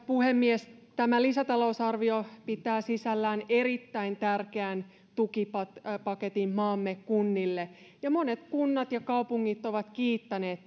puhemies tämä lisätalousarvio pitää sisällään erittäin tärkeän tukipaketin maamme kunnille monet kunnat ja kaupungit ovat kiittäneet